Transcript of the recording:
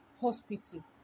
hospital